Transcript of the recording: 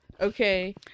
okay